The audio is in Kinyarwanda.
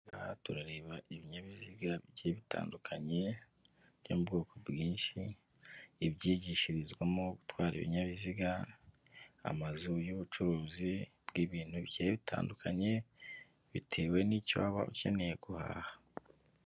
Ahangaha turareba ibinyabiziga bigiye bitandukanye by'ubwoko bwinshi, ibyigishirizwamo gutwara ibinyabiziga, amazu y'ubucuruzi bw'ibintu bigiye bitandukanye bitewe n'icyo waba ukeneye guhaha.